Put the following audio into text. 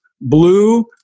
Blue